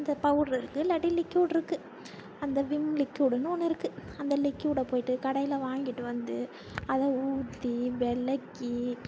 அந்த பவுடரு இருக்குது இல்லாட்டி லிக்கியுட் இருக்குது அந்த விம் லிக்கியுடுன்னு ஒன்று இருக்குது அந்த லிக்கியுடைப் போயிட்டு கடையில் வாங்கிட்டு வந்து அதை ஊற்றி விளக்கி